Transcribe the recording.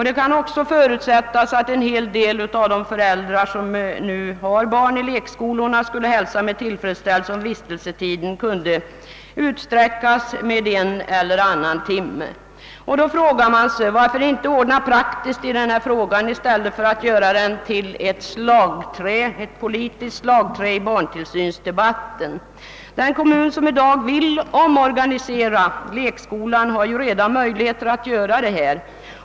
Det kan också förutsättas att en hel del av de föräldrar som nu har barn i lekskolorna skulle hälsa med tillfredsställelse, om vistelsetiden kunde utsträckas med en eller annan timme. Under sådana förhållanden frågar man sig: Varför inte ordna praktiskt i denna angelägenhet i stället för att göra den till ett politiskt slagträ i barntillsynsdebatten? Den kommun som i dag vill omorganisera lekskolan har ju redan möjligheter att göra det.